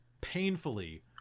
painfully